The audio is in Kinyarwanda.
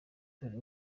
dore